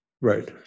Right